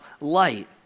light